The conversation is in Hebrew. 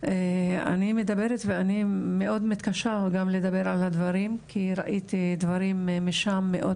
אני מדברת ואני מאוד מתקשה גם לדבר על הדברים כי ראיתי דברים שם מאוד